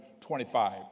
25